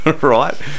right